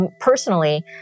personally